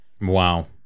Wow